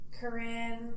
Corinne